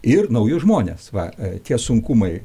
ir naujus žmones va tie sunkumai